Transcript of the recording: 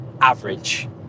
average